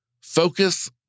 focus